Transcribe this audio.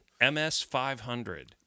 MS500